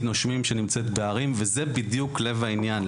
'נושמים' שנמצאת בערים וזה בדיוק לב העניין,